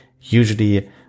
usually